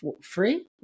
free